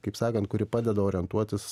kaip sakant kuri padeda orientuotis